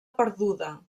perduda